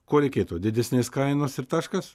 ko reikėtų didesnės kainos ir taškas